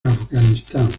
afganistán